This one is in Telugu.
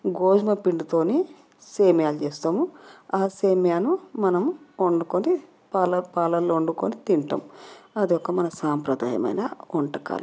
గోధుమ పిండితో సేమ్యాలు చేస్తాము ఆ సేమ్యాను మనం వండుకొని పాలలో వండుకొని తింటాం అది ఒక మన సాంప్రదాయమైన వంటకాలు